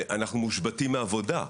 ואנחנו מושבתים מעבודה,